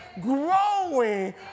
growing